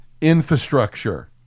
infrastructure